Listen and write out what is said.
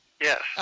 Yes